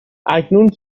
اکنون